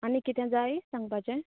आनी कितें जाय सांगपाचें